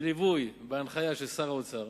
בליווי ובהנחיה של שר האוצר.